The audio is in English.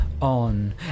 on